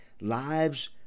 lives